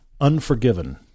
Unforgiven